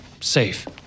safe